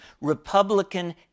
Republican